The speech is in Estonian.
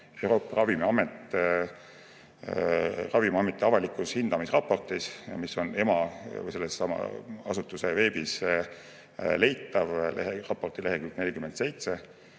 Euroopa Ravimiameti avalikus hindamisraportis, mis on EMA või sellesama asutuse veebis leitav, on leheküljel 47